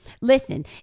Listen